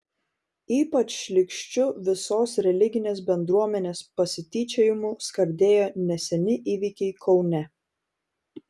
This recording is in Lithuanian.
ypač šlykščiu visos religinės bendruomenės pasityčiojimu skardėjo neseni įvykiai kaune